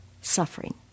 suffering